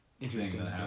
interesting